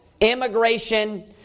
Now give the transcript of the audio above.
immigration